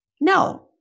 No